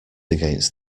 against